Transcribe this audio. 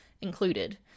included